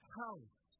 house